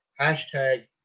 Hashtag